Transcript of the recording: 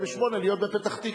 וב-08:00 להיות בפתח-תקווה.